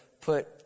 put